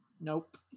Nope